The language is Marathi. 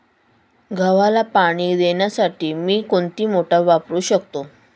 गव्हाला पाणी देण्यासाठी मी कोणती मोटार वापरू शकतो?